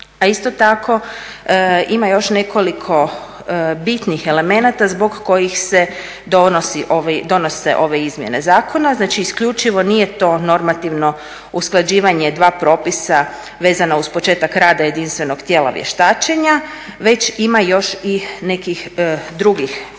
a isto tako ima još nekoliko bitnih elemenata zbog kojih se donose ove izmjene zakona. Znači isključivo, nije to normativno usklađivanje dva propisa vezano uz početak rada jedinstvenog tijela vještačenja, već ima još i nekih drugih elemenata